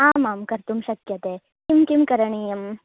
आमां कर्तुं शक्यते किं किं करणीयम्